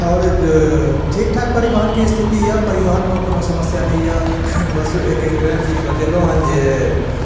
आओर जे ठीक ठाक परिवहनके स्थिति अइ परिवहनमे कोनो समस्या नहि अइ बस एकेगो वएह चीज बतेलहुँ हँ जे